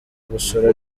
gusora